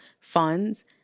funds